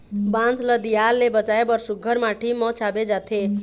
बांस ल दियार ले बचाए बर सुग्घर माटी म छाबे जाथे